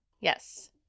Yes